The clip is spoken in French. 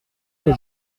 que